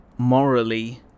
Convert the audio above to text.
morally